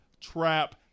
Trap